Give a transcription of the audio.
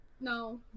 No